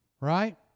right